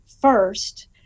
first